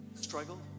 Struggle